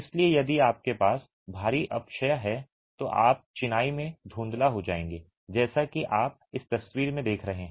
इसलिए यदि आपके पास भारी अपक्षय है तो आप चिनाई में धुंधला हो जाएंगे जैसा कि आप इस तस्वीर में देख रहे हैं